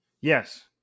Yes